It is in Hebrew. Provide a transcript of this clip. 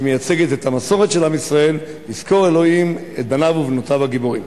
שמייצגת את המסורת של עם ישראל: יזכור אלוהים את בניו ובנותיו הגיבורים.